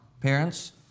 Parents